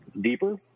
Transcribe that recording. deeper